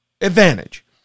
advantage